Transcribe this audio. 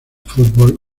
fútbol